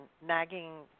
nagging